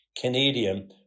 Canadian